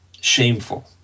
shameful